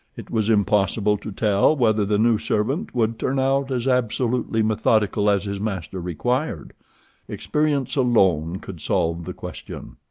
it was impossible to tell whether the new servant would turn out as absolutely methodical as his master required experience alone could solve the question.